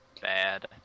bad